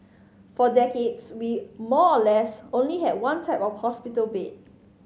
for decades we more or less only had one type of hospital bed